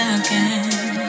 again